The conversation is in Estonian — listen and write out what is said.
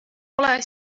pole